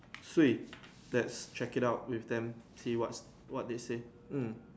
swee lets check it out with them see what's what they say um